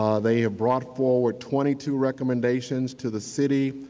ah they have brought forward twenty two recommendations to the city.